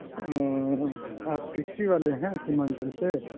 آپ ٹیکسی والے ہیں سیمانچل سے